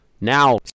Now